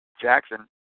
Jackson